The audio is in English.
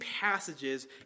passages